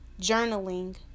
journaling